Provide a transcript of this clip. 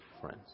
friends